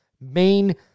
main